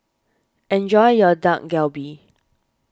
enjoy your Dak Galbi